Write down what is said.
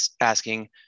asking